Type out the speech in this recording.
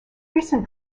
recent